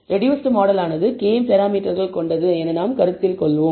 reduced மாடலானது k பராமீட்டர்கள் கொண்டது என நாம் கருத்தில் கொள்வோம்